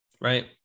right